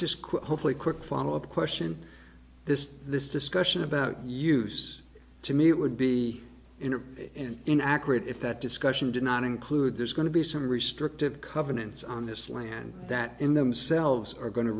quick hopefully quick follow up question this this discussion about use to me it would be in a in an accurate if that discussion did not include there's going to be some restrictive covenants on this land that in themselves are going to